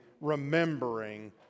remembering